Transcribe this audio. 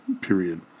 period